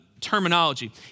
terminology